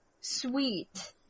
sweet